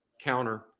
counter